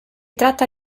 tratta